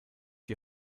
die